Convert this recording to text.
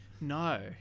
No